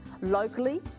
locally